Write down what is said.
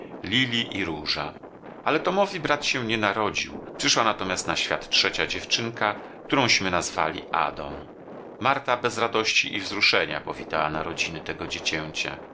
lili i róża ale tomowi brat się nie narodził przyszła natomiast na świat trzecia dziewczynka którąśmy nazwali adą marta bez radości i wzruszenia powitała narodziny tego dziecięcia